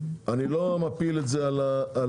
אני לא מפיל את זה על המחלבות,